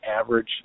average